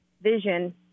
vision